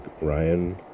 Ryan